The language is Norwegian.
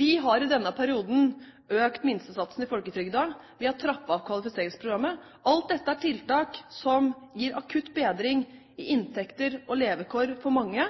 Vi har i denne perioden økt minstesatsen i folketrygden, og vi har trappet opp kvalifiseringsprogrammet. Alt dette er tiltak som gir akutt bedring i inntekter og levekår for mange,